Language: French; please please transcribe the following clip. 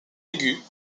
aigus